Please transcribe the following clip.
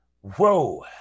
Whoa